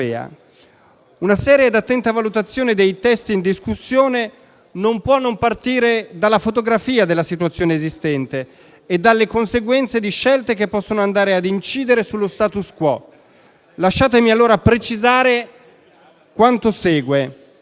Una seria ed attenta valutazione dei testi in discussione non può non partire dalla fotografia della situazione esistente e dalle conseguenze di scelte che possono andare ad incidere sullo *status quo;* lasciatemi allora precisare quanto segue.